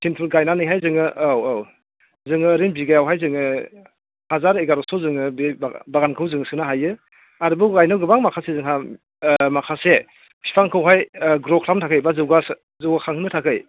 थिन फुट गायनानैहाय जोंङो औ औ जों ओरैनो बिगायावहाय जोङो हाजार एगार'स' जोङो बे बागानखौ जों सोनो हायो आरोबाव गायनो गोबां माखासे जोंहा माखासे बिफांखौहाय ग्र' खालामनो थाखाय एबा जौगाखांहोनो थाखाय